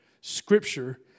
Scripture